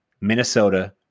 minnesota